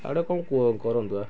ଆଉ ଟିକେ କ'ଣ କୁହ କରନ୍ତୁ ଆ